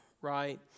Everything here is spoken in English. right